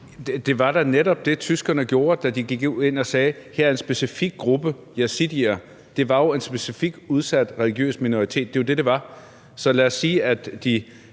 Det var jo netop det, tyskerne gjorde, da de gik ind og sagde: Her er en specifik gruppe. Yazidier var jo en specifik, udsat religiøs minoritet. Det var jo det, det var. Så lad os sige, at